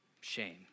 shame